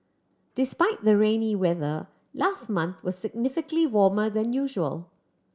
despite the rainy weather last month was significantly warmer than usual